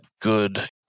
good